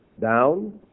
down